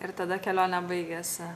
ir tada kelionė baigėsi